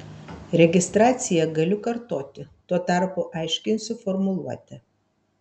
registraciją galiu kartoti tuo tarpu aiškinsiu formuluotę